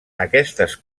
aquestes